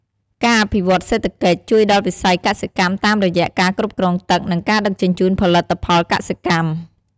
ការអភិវឌ្ឍន៍សេដ្ឋកិច្ច ជួយដល់វិស័យកសិកម្មតាមរយៈការគ្រប់គ្រងទឹក និងការដឹកជញ្ជូនផលិតផលកសិកម្ម។